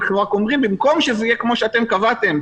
אנחנו רק אומרים שבמקום שזה יהיה כמו שאתם קבעתם,